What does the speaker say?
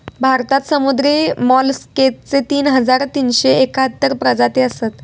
भारतात समुद्री मोलस्कचे तीन हजार तीनशे एकाहत्तर प्रजाती असत